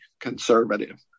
conservative